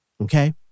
okay